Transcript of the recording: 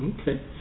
Okay